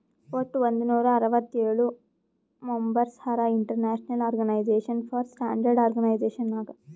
ವಟ್ ಒಂದ್ ನೂರಾ ಅರ್ವತ್ತೋಳ್ ಮೆಂಬರ್ಸ್ ಹರಾ international organisation for standardisation Nag